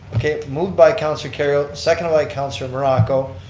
okay, move by councillor kerrio, second by councillor morocco,